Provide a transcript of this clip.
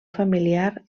familiar